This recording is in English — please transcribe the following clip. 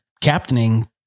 captaining